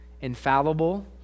infallible